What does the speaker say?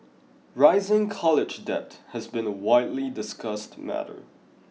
rising college debt has been a widely discussed matter